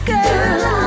Girl